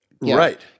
Right